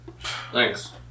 Thanks